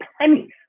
pennies